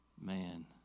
man